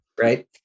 right